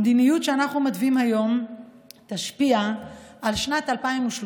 המדיניות שאנחנו מתווים היום תשפיע על שנת 2030,